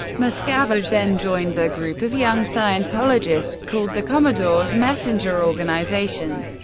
miscavige then joined a group of young scientologists called the commodore's messenger organization.